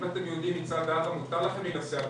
אם אתם יהודים מצד אבא, מותר לכם להינשא עכשיו.